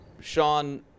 Sean